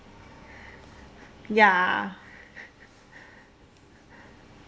ya